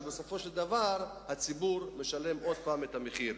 ובסופו של דבר הציבור שוב משלם את המחיר.